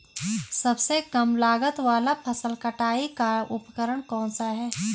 सबसे कम लागत वाला फसल कटाई का उपकरण कौन सा है?